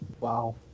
Wow